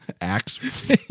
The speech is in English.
Axe